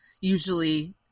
usually